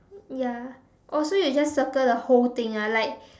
ya oh so you just circle the whole thing ah like